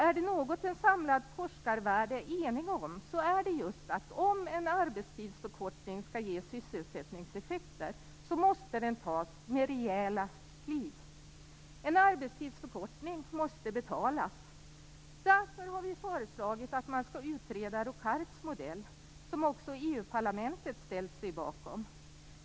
Är det något en samlad forskarvärld är enig om är det just att om en arbetstidsförkortning skall ge sysselsättningseffekter måste den tas med rejäla kliv. En arbetstidsförkortning måste betalas. Därför har vi föreslagit att man skall utreda Rocards modell, som också EU-parlamentet ställt sig bakom.